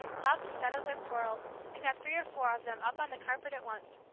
loved to settle their quarrels and have three or four of them up on the carpet at once,